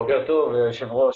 בוקר טוב, היושב ראש,